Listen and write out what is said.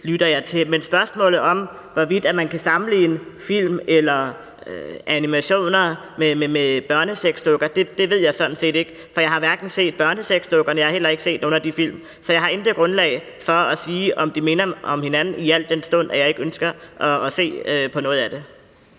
Men spørgsmålet om, hvorvidt man kan sammenligne film eller animationer med børnesexdukker, kan jeg sådan set ikke svare på, for jeg har hverken set børnesexdukkerne eller nogen af de film. Så jeg har intet grundlag for at sige, om de minder om hinanden, al den stund jeg ikke ønsker at se på noget af det.